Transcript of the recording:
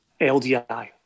LDI